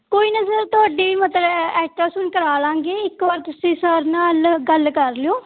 ਕੋਈ ਨਾ ਸਰ ਤੁਹਾਡੀ ਮਤਲਬ ਅਲਟਰਾਸਾਊਡ ਕਰਵਾ ਲਾਂਗੇ ਇੱਕ ਵਾਰ ਤੁਸੀਂ ਸਰ ਨਾਲ ਗੱਲ ਕਰ ਲਿਓ